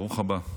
ברוך הבא.